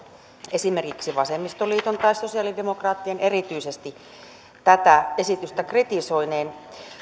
esimerkiksi vasemmistoliiton tai sosialidemokraattien erityisesti tätä esitystä kritisoineen